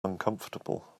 uncomfortable